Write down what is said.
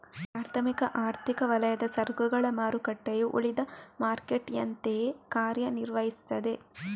ಪ್ರಾಥಮಿಕ ಆರ್ಥಿಕ ವಲಯದ ಸರಕುಗಳ ಮಾರುಕಟ್ಟೆಯು ಉಳಿದ ಮಾರುಕಟ್ಟೆಯಂತೆಯೇ ಕಾರ್ಯ ನಿರ್ವಹಿಸ್ತದೆ